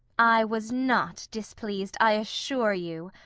i was not displeased i assure you.